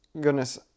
goodness